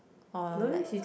or like